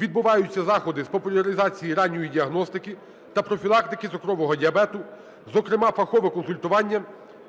відбуваються заходи з популяризації ранньої діагностики та профілактики цукрового діабету, зокрема фахове консультування